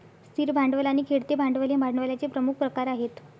स्थिर भांडवल आणि खेळते भांडवल हे भांडवलाचे प्रमुख प्रकार आहेत